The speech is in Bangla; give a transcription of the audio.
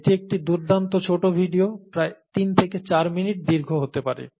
এটি একটি দুর্দান্ত ছোট ভিডিও প্রায় তিন থেকে চার মিনিট দীর্ঘ হতে পারে